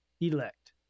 elect